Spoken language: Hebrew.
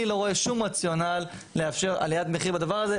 אני לא רואה שום רציונל לאפשר עליית מחיר בדבר הזה,